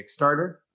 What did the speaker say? Kickstarter